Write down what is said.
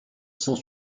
cent